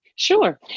Sure